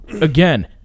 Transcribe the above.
again